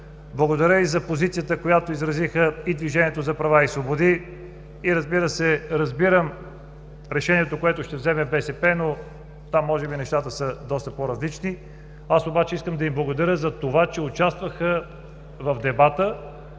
Благодаря и за позицията, която изразиха и „Движението за права и свободи“. Разбира се, разбирам решението, което ще вземе БСП, но там може би нещата са доста по-различни. Аз обаче искам да им благодаря за това, че участваха в дебата